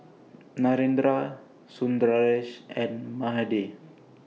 Narendra Sundaresh and Mahade